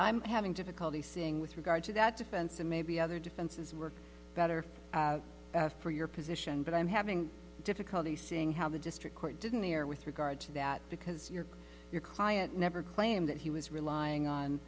i'm having difficulty seeing with regard to that defense and maybe other defenses work better for your position but i'm having difficulty seeing how the district court didn't hear with regard to that because you're your client never claimed that he was relying on